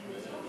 להשיב,